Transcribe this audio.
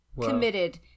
committed